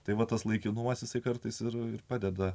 tai vat tas laikinuosiuose kartais ir padeda